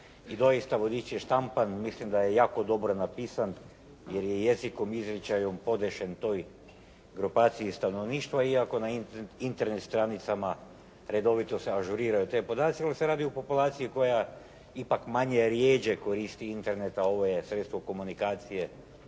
i doista vodič je štampan, mislim da je jako dobro napisan jer je jezičnim izričajem podešen toj grupaciji stanovništva, iako na Internet stranicama redovito se ažuriraju ti podaci, ali se radi o populaciji koja ipak manje, rjeđe koristi Internet, a ovo je sredstvo komunikacije